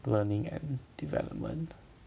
learning and development